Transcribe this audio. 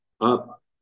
up